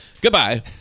Goodbye